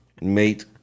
Mate